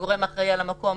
הגורם האחראי על המקום,